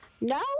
No